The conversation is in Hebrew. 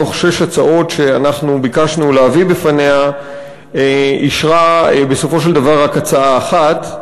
מתוך שש הצעות שביקשנו להביא בפניה אישרה בסופו של דבר רק הצעה אחת,